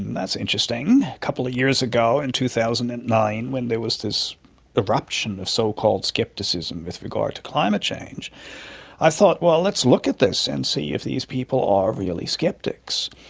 that's interesting. a couple of years ago in two thousand and nine when there was this eruption of so-called scepticism with regard to climate change i thought, well, let's look at this and see if these people are really sceptics.